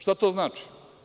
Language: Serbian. Šta to znači?